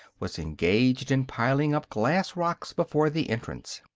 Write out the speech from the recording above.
was engaged in piling up glass rocks before the entrance.